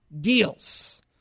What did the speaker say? deals